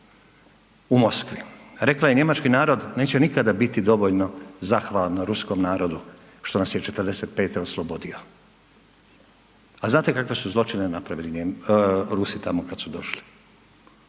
u Moskvi, rekla je Njemački narod neće nikada biti dovoljno zahvalan ruskom narodu što nas je '45. oslobodio, a znate kakve su zločine napravili Rusi tamo kada su došli.